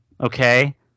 okay